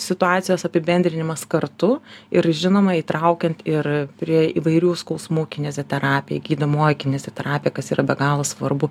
situacijos apibendrinimas kartu ir žinoma įtraukiant ir prie įvairių skausmų kineziterapija gydomoji kineziterapija kas yra be galo svarbu